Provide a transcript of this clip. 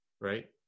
right